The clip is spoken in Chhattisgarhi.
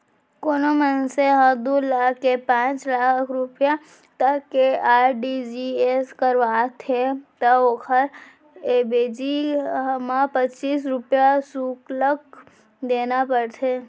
कोनों मनसे ह दू लाख ले पांच लाख रूपिया तक के आर.टी.जी.एस करावत हे त ओकर अवेजी म पच्चीस रूपया सुल्क देना परथे